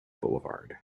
boulevard